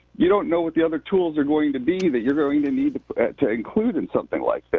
you don't know what the other tools are going to be that you're going to need to include in something like this.